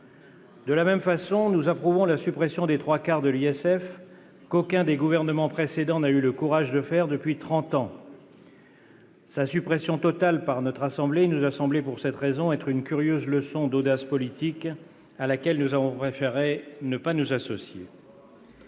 De la même façon, nous approuvons la suppression des trois quarts de l'ISF, qu'aucun des gouvernements précédents n'a eu le courage de faire depuis trente ans. Sa suppression totale par notre assemblée nous a semblé, pour cette raison, être une curieuse leçon d'audace politique à laquelle nous avons préféré ne pas nous associer.